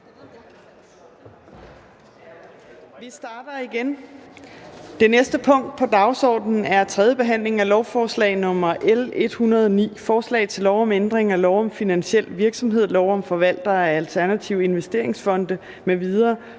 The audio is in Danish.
14:20). --- Det næste punkt på dagsordenen er: 6) 3. behandling af lovforslag nr. L 109: Forslag til lov om ændring af lov om finansiel virksomhed, lov om forvaltere af alternative investeringsfonde m.v.,